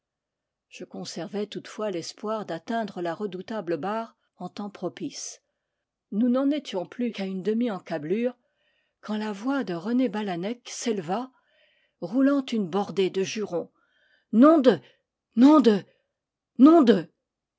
je conservais toutefois l'espoir d'atteindre la redoutable barre en temps propice nous n'en étions plus qu'à une demi-encablure quand la voix de rené balanec s'éleva roulant une bordée de jurons nom de nom de nom de